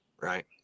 right